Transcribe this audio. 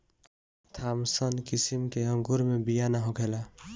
Thompson किसिम के अंगूर मे बिया ना होखेला